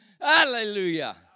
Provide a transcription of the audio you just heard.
Hallelujah